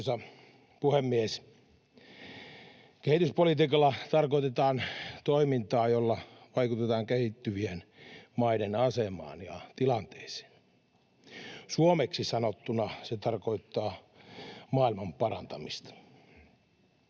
Arvoisa puhemies! Kehityspolitiikalla tarkoitetaan toimintaa, jolla vaikutetaan kehittyvien maiden asemaan ja tilanteeseen. Suomeksi sanottuna se tarkoittaa maailmanparantamista.